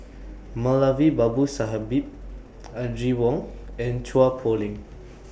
Moulavi Babu Sahib Audrey Wong and Chua Poh Leng